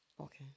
okay